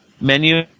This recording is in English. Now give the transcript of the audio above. menu